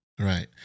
Right